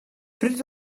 pryd